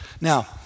Now